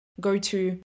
go-to